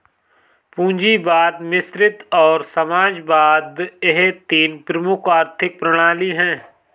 पूंजीवाद मिश्रित और समाजवाद यह तीन प्रमुख आर्थिक प्रणाली है